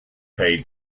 paid